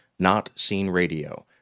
notseenradio